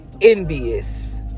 envious